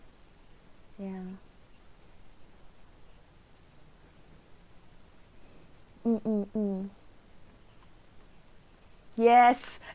ya mm mm mm yes